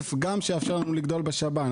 כסף שיאפשר לנו גם לגדול בשב"ן.